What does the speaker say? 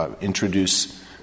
introduce